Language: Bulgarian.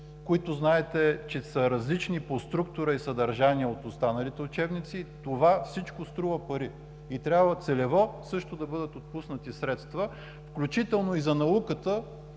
които, знаете, че са различни по структура и съдържание от останалите учебници. Това всичко струва пари и трябва целево също да бъдат отпуснати средства, включително и за науката.